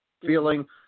feeling